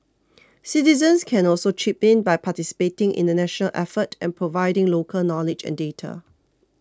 citizens can also chip in by participating in the national effort and providing local knowledge and data